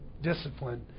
discipline